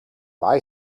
buy